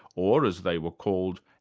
or as they were called,